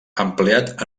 empleat